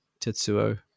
Tetsuo